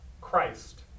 Christ